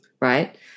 Right